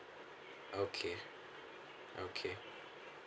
okay okay